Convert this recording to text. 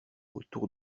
autour